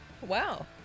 Wow